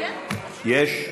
יש?